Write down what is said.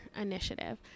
Initiative